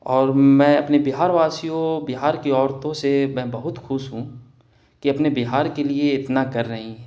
اور میں اپنے بہار واسیوں بہار کی عورتوں سے میں بہت خوش ہوں کہ اپنے بہار کے لیے اتنا کر رہی ہیں